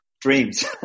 dreams